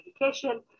education